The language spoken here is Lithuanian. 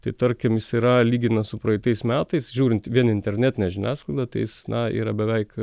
tai tarkim jis yra lygina su praeitais metais žiūrint vien internetinę žiniasklaidą tais jis na yra beveik